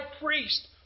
priest